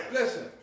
Listen